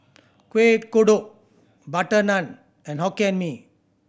Kueh Kodok butter naan and Hokkien Mee